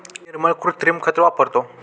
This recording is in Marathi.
निर्मल कृत्रिम खत वापरतो